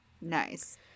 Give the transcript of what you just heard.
Nice